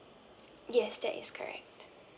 yes that is correct